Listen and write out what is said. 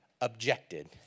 objected